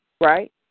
right